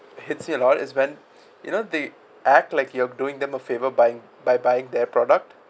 hate it a lot is when you know they act like you're doing them a favor by by buying their product